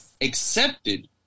accepted